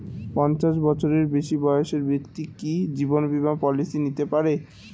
পঞ্চাশ বছরের বেশি বয়সের ব্যক্তি কি জীবন বীমা পলিসি নিতে পারে?